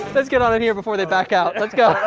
let's get on in here before they back out. let's go.